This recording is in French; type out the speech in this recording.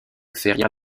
ferrière